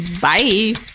bye